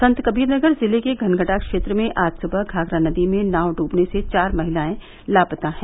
संत कबीर नगर जिले के घनघटा क्षेत्र में आज सुबह घाघरा नदी में नाव डूबने से चार महिलाएं लापता हैं